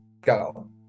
go